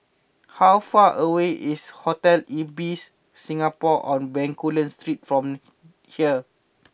how far away is Hotel Ibis Singapore on Bencoolen from here